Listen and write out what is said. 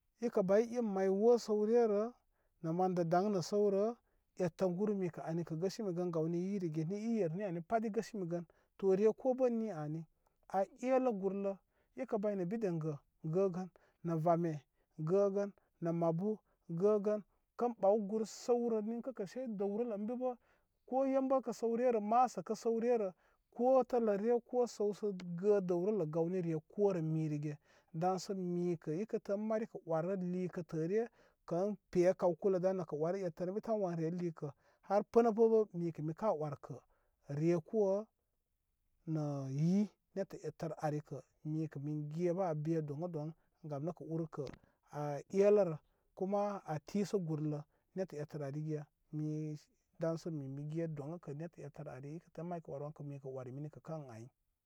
Ikə bay in may wo səw rerə nə manda daŋ nə səwrə ettə guru mikə anikə gəsimi gawnə irigi ni i yerni ani pat gəsimi gən to re ko bə ni ani, a elə gullə ikə baynə bideŋgə gəgən nə vame gəgən nə mabu gəgən kəm ɓaw gur səwrə ninkə kə sey dəwrə lə ən bi bə ko yəm bə kə səwrə masəkə səwrerə ko tələre ko səwsə ka dəwlərə gawni re ko rə mirege daŋsə mikə ikə tə ən mari kə wərə likətəre kən pe kaw kulə daŋrəkə wan ettər bi tan wan re likə har pənə bə bə ku wərkə mikə mika wərkə re ko nə yi nettə ettər ari kə mikə min ge bə an be doŋ a doŋ gam nəkə urkə a elərə kuma a tisə gurlə netta ettər earige mi daŋsə min mi ge doŋ a kə nettə ettər ari tə may kə wərə wənkə mikə wəri mini kə ən ay.